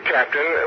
Captain